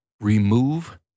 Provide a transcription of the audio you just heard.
remove